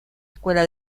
escuela